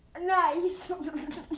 Nice